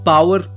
Power